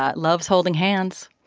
ah loves holding hands.